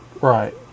Right